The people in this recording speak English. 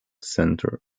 center